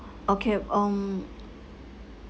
okay um